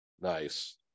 Nice